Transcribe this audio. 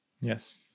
Yes